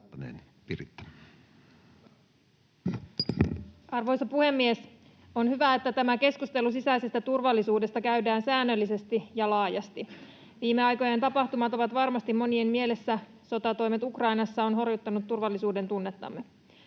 Arvoisa puhemies! On hyvä, että tämä keskustelu sisäisestä turvallisuudesta käydään säännöllisesti ja laajasti. Viime aikojen tapahtumat ovat varmasti monien mielessä. Sotatoimet Ukrainassa ovat horjuttaneet turvallisuudentunnettamme.